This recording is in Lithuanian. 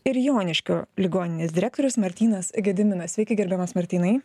ir joniškio ligoninės direktorius martynas gediminas sveiki gerbiamas martynai